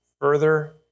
further